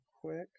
quick